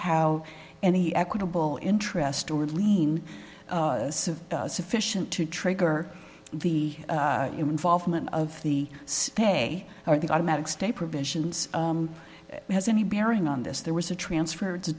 how any equitable interest or lean was sufficient to trigger the involvement of the payee or the automatic state provisions has any bearing on this there was a transfer to